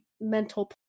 mental